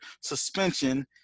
suspension